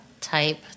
Type